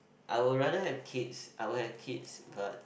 I would rather have kids I would have kids but